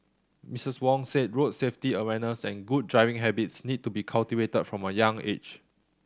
Missus Wong said road safety awareness and good driving habits need to be cultivated from a young age